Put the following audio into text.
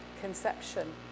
Conception